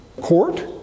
court